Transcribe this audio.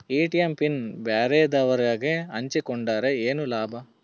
ATM pin ಬ್ಯಾರೆದವರಗೆ ಹಂಚಿಕೊಂಡರೆ ಏನು ಲಾಭ?